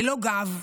ללא גב,